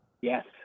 Yes